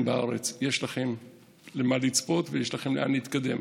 בארץ: יש לכם למה לצפות ויש לכם לאן להתקדם.